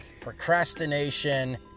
procrastination